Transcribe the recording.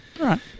Right